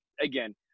again –